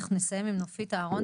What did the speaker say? אנחנו נסיים עם נופית אהרונסון,